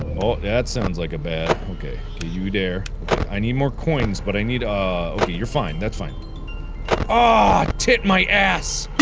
oh that sounds like a bad okay do you dare i need more coins but i need a okay you're fine that's fine oh ah tip my ass